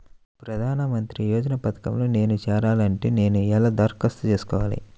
ప్రధాన మంత్రి యోజన పథకంలో నేను చేరాలి అంటే నేను ఎలా దరఖాస్తు చేసుకోవాలి?